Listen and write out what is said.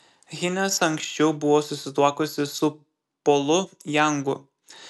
hines anksčiau buvo susituokusi su polu jangu